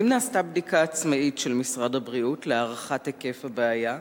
האם נעשתה בדיקה עצמאית של משרד הבריאות להערכת היקף הבעיה?